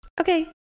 Okay